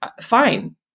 fine